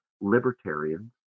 libertarians